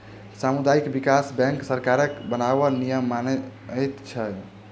सामुदायिक विकास बैंक सरकारक बनाओल नियम के मानैत छै